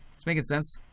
this making sense?